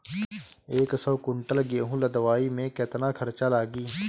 एक सौ कुंटल गेहूं लदवाई में केतना खर्चा लागी?